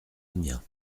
amiens